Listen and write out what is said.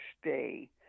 stay